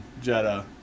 Jetta